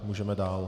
Můžeme dál.